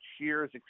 cheers